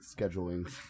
scheduling